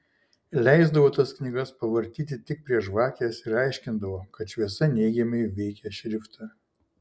leisdavo tas knygas pavartyti tik prie žvakės ir aiškindavo kad šviesa neigiamai veikia šriftą